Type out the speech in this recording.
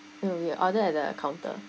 no we order at the counter